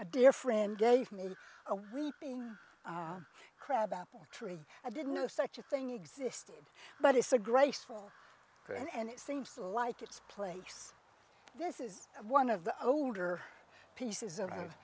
a dear friend gave me a whooping crab apple tree i didn't know such a thing existed but it's a graceful and it seems like it's place this is one of the older pieces of